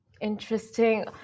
Interesting